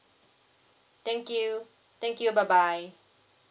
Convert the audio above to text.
thank you thank you bye bye